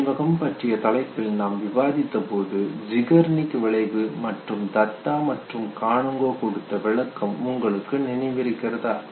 நினைவகம் பற்றிய தலைப்பில் நாம் விவாதித்த போது ஜீகார்னிக் விளைவு மற்றும் தத்தா மற்றும் கானுங்கோ கொடுத்த விளக்கம் உங்களுக்கு நினைவிருக்கிறதா